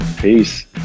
Peace